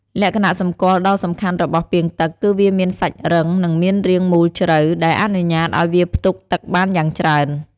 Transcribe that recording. លក្ខណៈសម្គាល់ដ៏សំខាន់របស់ពាងទឹក គឺវាមានសាច់រឹង និងមានរាងមូលជ្រៅ ដែលអនុញ្ញាតឲ្យវាផ្ទុកទឹកបានយ៉ាងច្រើន។